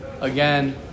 again